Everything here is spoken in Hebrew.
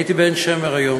הייתי בעין-שמר היום,